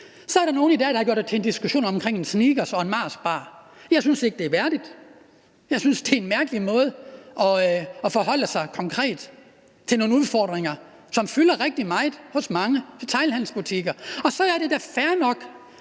Så er der nogle i dag, der har gjort det til en diskussion om en Snickers og en Marsbar. Jeg synes ikke, det er værdigt. Jeg synes, det er en mærkelig måde at forholde sig konkret til nogle udfordringer, som fylder rigtig meget hos mange i detailhandelsbutikkerne. Så er det da fair nok,